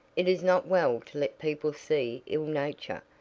it is not well to let people see ill nature.